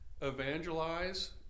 evangelize